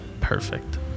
Perfect